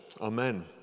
Amen